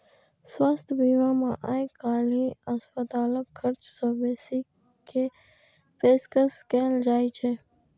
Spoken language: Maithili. स्वास्थ्य बीमा मे आइकाल्हि अस्पतालक खर्च सं बेसी के पेशकश कैल जाइ छै